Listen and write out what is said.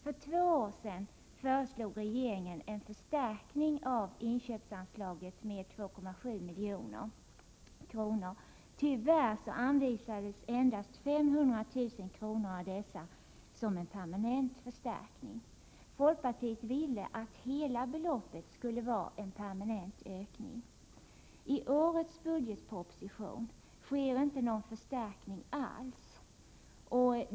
För två år sedan föreslog regeringen en förstärkning av inköpsanslaget med 2,7 milj.kr. Tyvärr anvisades endast 500 000 kr. av dessa som en permanent förstärkning. Folkpartiet ville att hela beloppet skulle utgöra en permanent ökning. I årets budgetproposition sker inte någon förstärkning alls.